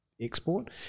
export